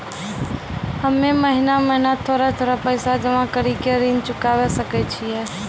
हम्मे महीना महीना थोड़ा थोड़ा पैसा जमा कड़ी के ऋण चुकाबै सकय छियै?